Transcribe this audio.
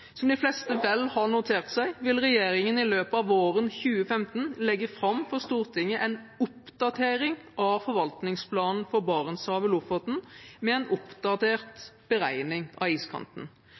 Som de fleste vel har notert seg, vil regjeringen i løpet av våren 2015 legge fram for Stortinget en oppdatering av forvaltningsplanen for Barentshavet og Lofoten med en oppdatert beregning av iskanten.